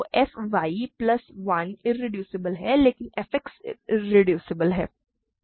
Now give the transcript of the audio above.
तो f y plus 1 irreducible है इसलिए f X इरेड्यूसेबल है